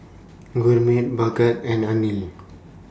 Gurmeet Bhagat and Anil